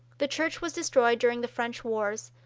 the church was destroyed during the french wars,